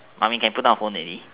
mummy can put down your phone already